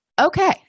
okay